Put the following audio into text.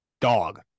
Dog